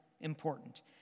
important